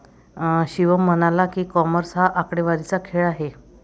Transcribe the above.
शिवम म्हणाला की, कॉमर्स हा आकडेवारीचा खेळ आहे